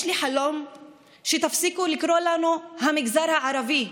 יש לי חלום שתפסיקו לקרוא לנו "המגזר הערבי".